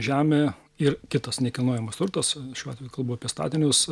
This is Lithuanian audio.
žemė ir kitas nekilnojamas turtas šiuo atveju kalbu apie statinius